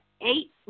eight